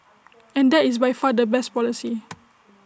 and that is by far the best policy